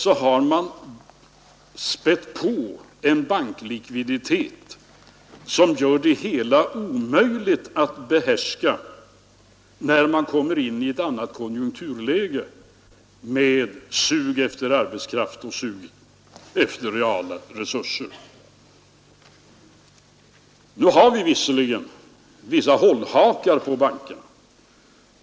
Då har man spätt på en banklikviditet som gör det hela omöjligt att behärska när man kommer in i ett annat konjunkturläge — med sug efter arbetskraft och efter reala resurser. Nu har vi visserligen en del hållhakar på bankerna.